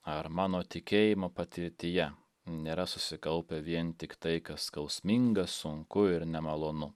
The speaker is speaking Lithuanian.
ar mano tikėjimo patirtyje nėra susikaupę vien tik tai kas skausminga sunku ir nemalonu